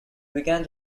began